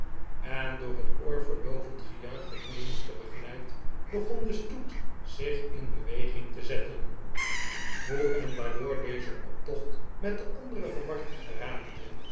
en door het oorverdoovend gejuich der menigte begeleid begon de stoet zich in beweging te zetten hoe en waardoor deze optocht met den anderen verward geraakte